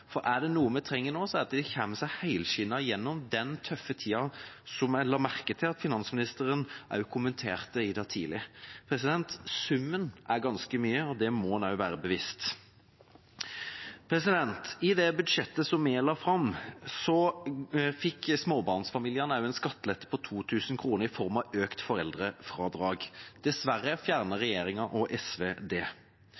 for er det noe vi trenger nå, er det at de kommer seg helskinnet gjennom den tøffe tida, som jeg la merke til at finansministeren også kommenterte i dag tidlig. Summen er ganske mye, og det må en også være bevisst på. I det budsjettet vi la fram, fikk småbarnsfamiliene en skattelette på 2 000 kr i form av økt foreldrefradrag. Dessverre fjerner